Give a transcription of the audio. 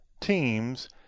teams